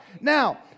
Now